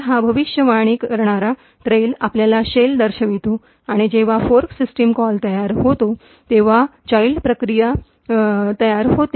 तर हा भविष्यवाणी करणारा ट्रेल आपला शेल दर्शवितो आणि जेव्हा फोर्क सिस्टम कॉल तयार होतो तेव्हा मूल प्रक्रिया चाईल्ड प्रोसेस तयार होते